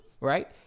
right